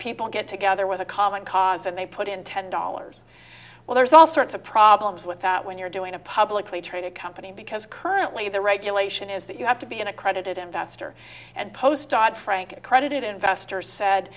people get together with a common cause and they put in ten dollars well there's all sorts of problems with that when you're doing a publicly traded company because currently the regulation is that you have to be an accredited investor and postcard frank accredited investor said